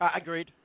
Agreed